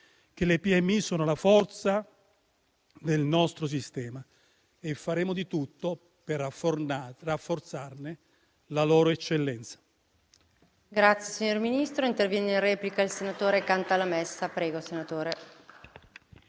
che le PMI sono la forza del nostro sistema e faremo di tutto per rafforzarne la loro eccellenza.